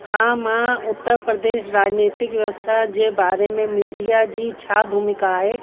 हा मां उत्तर प्रदेश राजनितिक व्यवस्था जे बारे में मीडिया जी छा भूमिका आहे